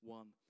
one